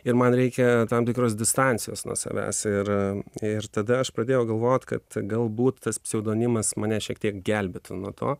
ir man reikia tam tikros distancijos nuo savęs ir ir tada aš pradėjau galvot kad galbūt tas pseudonimas mane šiek tiek gelbėtų nuo to